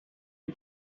are